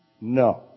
No